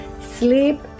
sleep